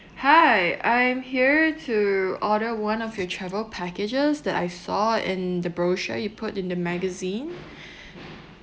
hi I'm here to order one of your travel packages that I saw in the brochure you put in the magazine